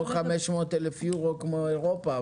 לא 500,000 יורו כמו באירופה,